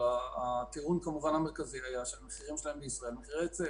אבל הטיעון כמובן המרכזי היה שהמחירים שלהם בישראל הם מחירי היצף,